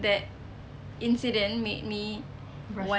that incident made me want